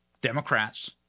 Democrats